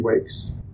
weeks